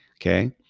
okay